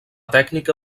tècnica